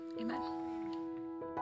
amen